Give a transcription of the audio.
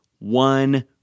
one